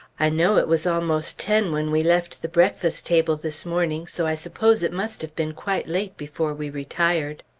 i know it was almost ten when we left the breakfast-table this morning, so i suppose it must have been quite late before we retired.